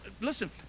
listen